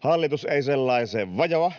hallitus ei sellaiseen vajoa,